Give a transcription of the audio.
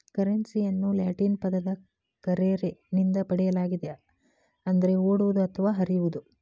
ಕರೆನ್ಸಿಯನ್ನು ಲ್ಯಾಟಿನ್ ಪದ ಕರ್ರೆರೆ ನಿಂದ ಪಡೆಯಲಾಗಿದೆ ಅಂದರೆ ಓಡುವುದು ಅಥವಾ ಹರಿಯುವುದು